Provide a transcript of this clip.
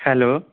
hello